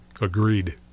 Agreed